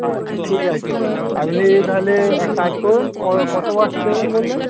আচ্ছা ঠিক আছে আপনি তাহলে এক কাজ করুন ক কত বস্তা দেবেন বললেন